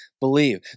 believe